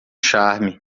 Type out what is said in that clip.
charme